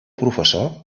professor